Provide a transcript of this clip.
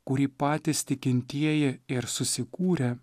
kurį patys tikintieji ir susikūrė